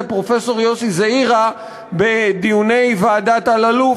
פרופסור יוסי זעירא בדיוני ועדת אלאלוף,